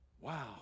wow